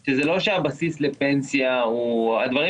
כי זה לא שהבסיס לפנסיה הוא הדברים